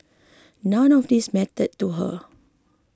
none of these mattered to her